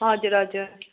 हजुर हजुर